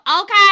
Okay